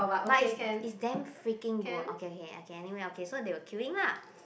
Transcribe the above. but is is damn freaking good okay okay okay anyway okay so they were queuing lah